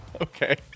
Okay